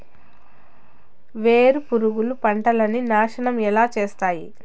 వేరుపురుగు పంటలని నాశనం ఎలా చేస్తాయి?